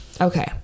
Okay